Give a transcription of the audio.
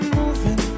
moving